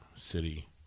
City